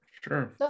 Sure